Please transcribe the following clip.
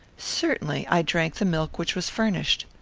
certainly. i drank the milk which was furnished.